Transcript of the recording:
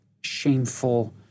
shameful